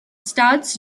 starts